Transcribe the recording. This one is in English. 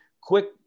Quick